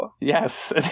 Yes